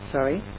Sorry